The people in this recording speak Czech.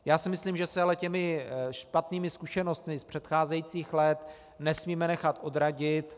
Já si myslím, že se ale těmi špatnými zkušenostmi z předcházejících let nesmíme nechat odradit.